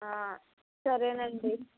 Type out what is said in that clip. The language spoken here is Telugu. సరేనండీ